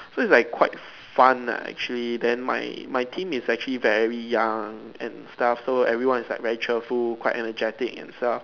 so is like quite fun lah actually then my my team is actually very young and stuff so everyone is like very cheerful quite energetic and stuff